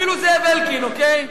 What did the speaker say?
אפילו זאב אלקין, אוקיי.